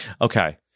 Okay